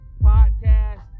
podcast